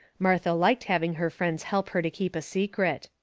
martha liked having her friends help her to keep a secret.